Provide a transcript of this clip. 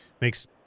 makes